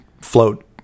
float